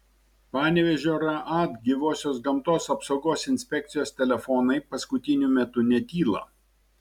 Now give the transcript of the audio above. panevėžio raad gyvosios gamtos apsaugos inspekcijos telefonai paskutiniu metu netyla